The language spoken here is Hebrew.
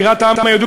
בירת העם היהודי,